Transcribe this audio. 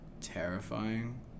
terrifying